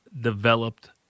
developed